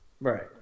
Right